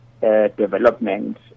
development